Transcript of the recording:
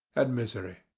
and misery.